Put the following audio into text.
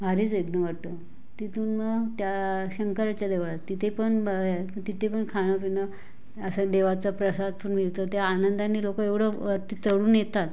भारीच एकदम वाटतं तिथून मग त्या शंकराच्या देवळात तिथे पण भ आहे तिथे पण खाणं पिणं असं देवाचा प्रसाद पण मिळतो ते आनंदाने लोक एवढं वरती चढून येतात